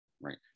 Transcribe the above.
right